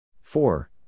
four